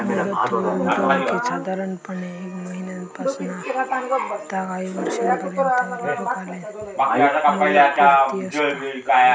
मुदत ठेवी गुंतवणुकीत साधारणपणे एक महिन्यापासना ता काही वर्षांपर्यंत अल्पकालीन मुदतपूर्ती असता